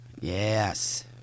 Yes